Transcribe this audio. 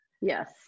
yes